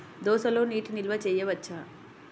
దోసలో నీటి నిల్వ చేయవచ్చా?